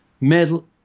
Medal